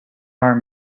arm